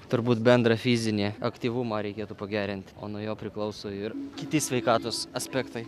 turbūt bendrą fizinį aktyvumą reikėtų pagerint o nuo jo priklauso ir kiti sveikatos aspektai